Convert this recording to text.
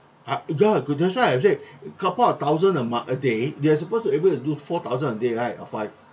uh ya ya that's what I've said couple of thousand a month a day they're supposed to do four thousand a day right or five